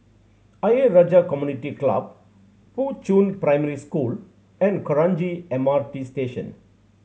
Ayer Rajah Community Club Fuchun Primary School and Kranji M R T Station